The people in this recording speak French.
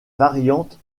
variantes